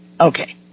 Okay